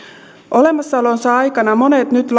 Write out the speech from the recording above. olemassaolonsa aikana monet nyt